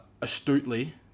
astutely